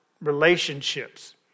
relationships